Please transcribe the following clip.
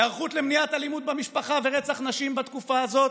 היערכות למניעת אלימות במשפחה ורצח נשים בתקופה הזאת,